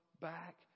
back